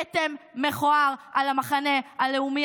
כתם מכוער על המחנה הלאומי.